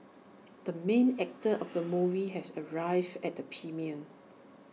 the main actor of the movie has arrived at the premiere